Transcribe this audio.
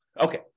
Okay